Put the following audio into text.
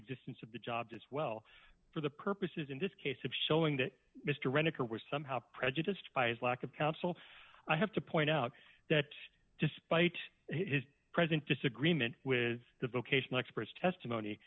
existence of the jobs as well for the purposes in this case of showing that mr rennick or were somehow prejudiced by his lack of counsel i have to point out that despite his present disagreement with the vocational experts testimony